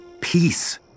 Peace